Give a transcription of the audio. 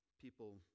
people